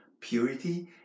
purity